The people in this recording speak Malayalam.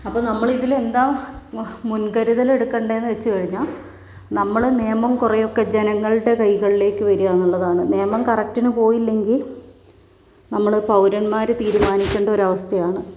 അപ്പോൾ നമ്മൾ ഇതിൽ എന്താ മുൻകരുതൽ എടുക്കേണ്ടത് എന്നു വച്ചു കഴിഞ്ഞാൽ നമ്മൾ നിയമം കുറെയൊക്കെ ജനങ്ങളുടെ കൈകളിലേക്ക് വരിക എന്നുള്ളതാണ് നിയമം കറക്ടിനു പോയില്ലെങ്കിൽ നമ്മൾ പൗരന്മാർ തീരുമാനിക്കേണ്ട ഒരു അവസ്ഥയാണ്